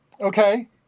Okay